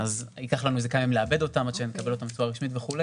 ייקח לנו כמה ימים לעבד אותם עד שנקבל אותם בצורה רשמית וכו',